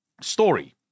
story